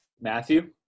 Matthew